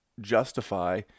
justify